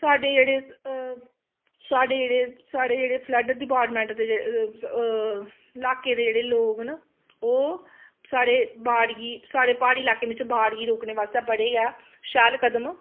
साढ़े जेह्ड़े साढ़े जेह्ड़े साढ़े जेह्ड़े फ्लड डिपार्टमेंट दे इलाके दे जेह्ड़े लोक न ओह् साढ़े वार्ड गी साढ़े प्हाड़ी इलाके बिच्च बाड़ गी रोकने बास्तै बड़े गै शैल कदम उठांदे